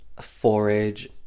forage